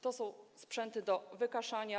To są sprzęty do wykaszania.